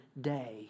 day